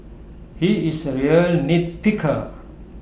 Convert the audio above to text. he is A real nitpicker